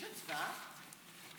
יש הצבעה?